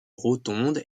rotonde